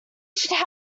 should